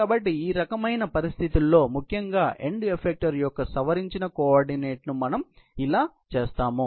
కాబట్టి ఈ రకమైన పరిస్థితిలో ముఖ్యంగా ఎండ్ ఎఫెక్టర్ యొక్క సవరించిన కోఆర్డినేట్ను మేము ఎలా చేస్తాము